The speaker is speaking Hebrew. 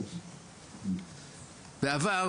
בעבר,